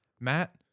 matt